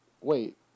Wait